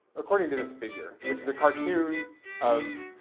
according to this figure, which is a cartoon of